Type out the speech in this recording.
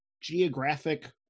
geographic